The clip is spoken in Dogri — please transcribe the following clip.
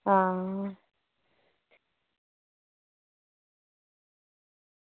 हां